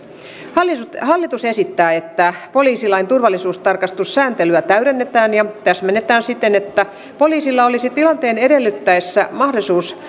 hallitus hallitus esittää että poliisilain turvallisuustarkastussääntelyä täydennetään ja täsmennetään siten että poliisilla olisi tilanteen edellyttäessä mahdollisuus